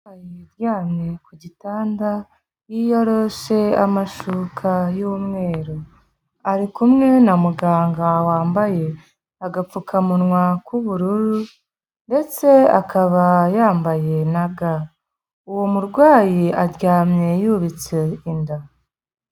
Yaryamye ku gitanda yiyoroshe amashuka y'umweru, ari kumwe na muganga wambaye agapfukamunwa k'ubururu ndetse akaba yambaye na ga. Uwo murwayi aryamye yubitse inda.